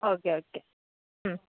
okay okay mm